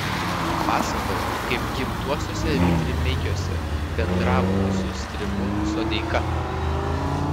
pasakojo kaip gimtuosiuose dirmeikiuose bendravo su stribu sodeika